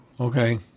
Okay